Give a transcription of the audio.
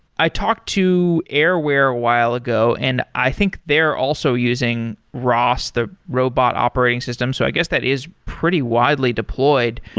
i talked to airwear a while ago and i think they're also using ross, the robot operating system. so i guess that is pretty widely deployed.